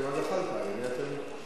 לא אני.